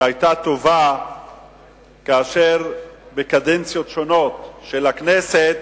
שהיתה טובה כאשר בקדנציות שונות של הכנסת